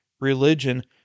religion